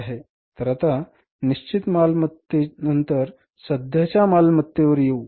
तर आता निश्चित मालमत्तेनंतर सध्याच्या मालमत्तेवर येऊ